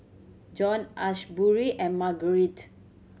Jon Asbury and Margarite